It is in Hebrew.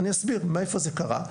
אני אסביר מאיפה זה קרה.